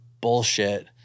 bullshit